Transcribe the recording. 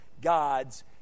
God's